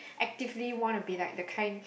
actively wanna be like the kind